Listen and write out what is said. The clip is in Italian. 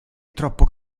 troppo